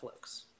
Netflix